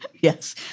Yes